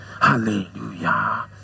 Hallelujah